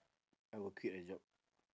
I will quit a job